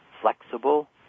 flexible